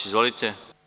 Izvolite.